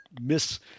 miss